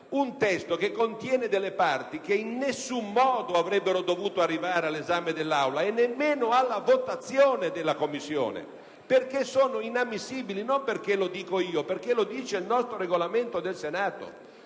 un testo che contiene delle parti che in nessun modo avrebbero dovuto arrivare all'esame dell'Aula, e nemmeno alla votazione della Commissione, perché sono inammissibili, non perché lo dico io, ma perché lo dice il Regolamento del Senato.